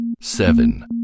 seven